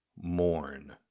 Mourn